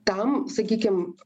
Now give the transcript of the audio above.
tam sakykim